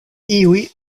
iuj